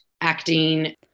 acting